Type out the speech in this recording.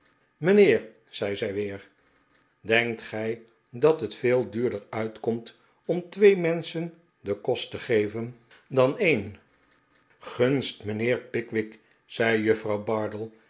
mijnheer zei zij weer denkt gij dat het veel duurder uitkomt om twee menschen den kost te geven dan een gunst mijnheer pickwick zei juffrouw bardell